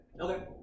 Okay